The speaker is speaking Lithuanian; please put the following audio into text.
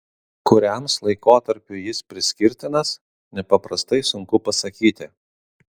kuriams laikotarpiui jis priskirtinas nepaprastai sunku pasakyti